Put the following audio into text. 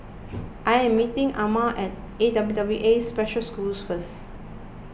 I am meeting Almer at A W W A Special School first